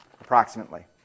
approximately